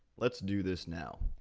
let's do this now.